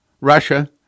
Russia